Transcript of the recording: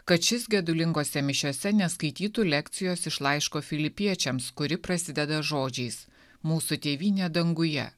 kad šis gedulingose mišiose neskaitytų lekcijos iš laiško filipiečiams kuri prasideda žodžiais mūsų tėvynė danguje